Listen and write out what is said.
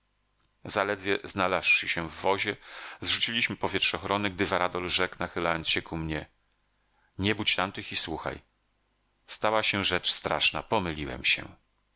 zaledwie znalazłszy się w wozie zrzuciliśmy powietrzochrony gdy varadol rzekł nachylając się ku mnie nie budź tamtych i słuchaj stała się rzecz straszna pomyliłem się